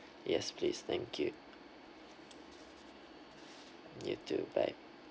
yes please thank you you too bye